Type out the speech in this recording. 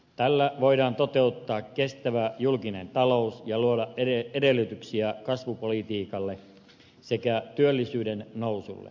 tällä voidaan toteuttaa kestävä julkinen talous ja luoda edellytyksiä kasvupolitiikalle sekä työllisyyden nousulle